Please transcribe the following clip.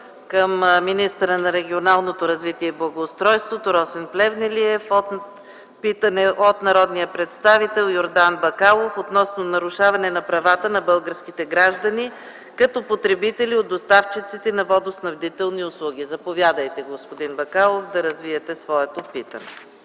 на министъра на регионалното развитие и благоустройството Росен Плевнелиев на питане от народния представител Йордан Бакалов относно нарушаване на правата на българските граждани като потребители от доставчиците на водоснабдителни услуги. Заповядайте, господин Бакалов, да развиете своето питане.